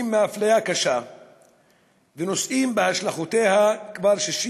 מאפליה קשה ונושאים בהשלכותיה כבר 68